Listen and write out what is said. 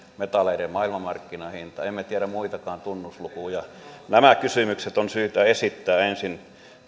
metalleiden maailmanmarkkinahinta emme tiedä muitakaan tunnuslukuja nämä kysymykset on syytä esittää ensin